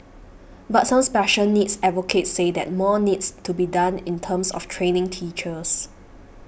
but some special needs advocates say that more needs to be done in terms of training teachers